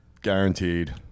guaranteed